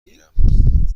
گیرم